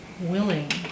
willing